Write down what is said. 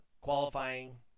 qualifying